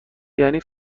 یعنی